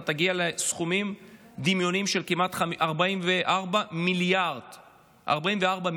אתה תגיע לסכומים דמיוניים של כמעט 44 מיליארד שקל.